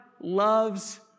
loves